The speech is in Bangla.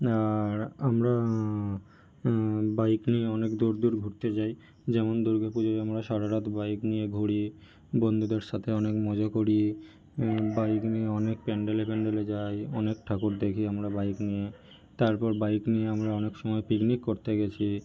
আর আমরা বাইক নিয়ে অনেক দূর দূর ঘুরতে যাই যেমন দুর্গা পুজোয় আমরা সারা রাত বাইক নিয়ে ঘুরি বন্ধুদের সাথে অনেক মজা করি বাইক নিয়ে অনেক প্যান্ডেলে প্যান্ডেলে যাই অনেক ঠাকুর দেখি আমরা বাইক নিয়ে তারপর বাইক নিয়ে আমরা অনেক সময় পিকনিক করতে গিয়েছি